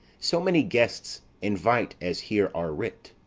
so many guests invite as here are writ.